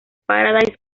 paradise